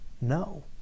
No